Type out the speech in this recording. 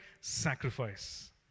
sacrifice